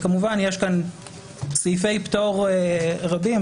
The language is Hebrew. וכמובן שיש כאן סעיפי פטור רבים.